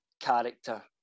character